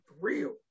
real